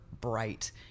bright